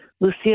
Lucia